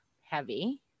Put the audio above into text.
heavy